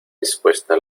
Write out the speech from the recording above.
dispuesta